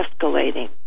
escalating